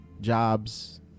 jobs